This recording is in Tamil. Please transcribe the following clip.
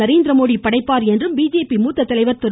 நரேந்திரமோடி படைப்பாா் என்றும் பிஜேபி மூத்த தலைவர் திரு